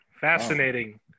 Fascinating